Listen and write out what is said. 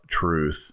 truth